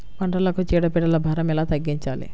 పంటలకు చీడ పీడల భారం ఎలా తగ్గించాలి?